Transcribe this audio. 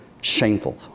Shameful